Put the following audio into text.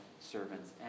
servants